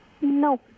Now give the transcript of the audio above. No